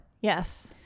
Yes